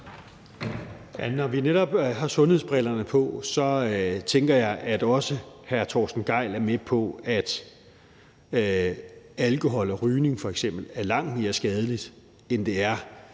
Når vi netop har sundhedsbrillerne på, tænker jeg, at også hr. Torsten Gejl er med på, at f.eks. alkohol og rygning er langt mere skadeligt, end det er,